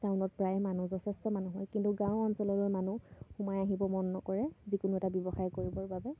টাউনত প্ৰায় মানুহ যথেষ্ট মানুহ হয় কিন্তু গাঁও অঞ্চললৈ মানুহ সোমাই আহিব মন নকৰে যিকোনো এটা ব্যৱসায় কৰিবৰ বাবে